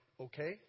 Okay